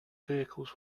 vehicles